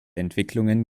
entwicklungen